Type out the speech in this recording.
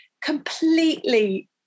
completely